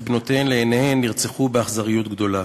בנותיהן לעיניהן נרצחו באכזריות גדולה.